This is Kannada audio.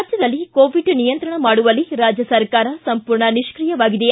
ರಾಜ್ಞದಲ್ಲಿ ಕೋವಿಡ್ ನಿಯಂತ್ರಣ ಮಾಡುವಲ್ಲಿ ರಾಜ್ಞ ಸರ್ಕಾರ ಸಂಪೂರ್ಣ ನಿಷ್ಕಿಯವಾಗಿದೆ